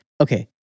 okay